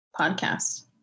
podcast